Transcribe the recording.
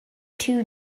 two